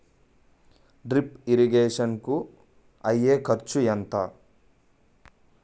Drip irrigation కూ అయ్యే ఖర్చు ఎంత?